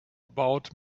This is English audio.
about